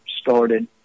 started